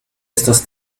estos